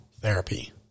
therapy